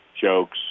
jokes